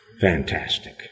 Fantastic